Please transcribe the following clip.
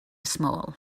small